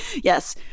yes